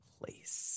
Place